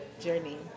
journey